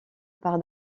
par